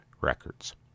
Records